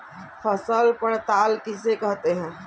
फसल पड़ताल किसे कहते हैं?